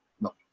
no